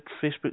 Facebook